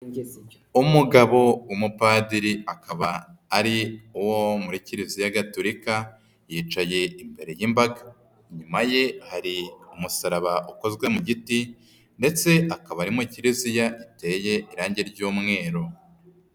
Umugabo w'umupadiri akaba ari uwo muri Kiriziya Gatulika, yicaye imbere y'imbaga. Inyuma ye hari umusaraba ukozwe mu giti ndetse akaba ari mu kiriziya giteye irange ry'umweru.